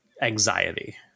anxiety